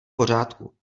pořádku